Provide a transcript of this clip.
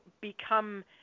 become